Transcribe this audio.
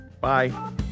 Bye